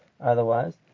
Otherwise